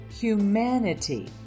humanity